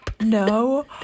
No